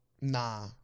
Nah